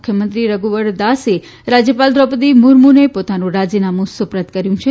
મુખ્યમંત્રી રધુવરદાસે રાજ્યપાલ વ્રોપદી મુર્મુને પોતાનું રાજીનામું સુપરત કર્યું છે